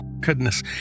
goodness